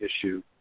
issue